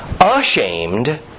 Ashamed